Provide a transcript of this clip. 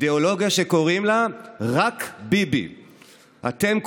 אידיאולוגיה שקוראים לה "רק ביבי"; אתם,